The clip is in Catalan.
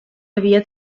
havia